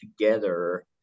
together